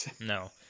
No